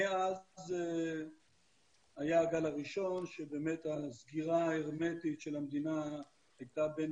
מאז היה הגל הראשון שבאמת הסגירה ההרמטית של המדינה הייתה בין